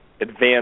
advanced